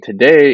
today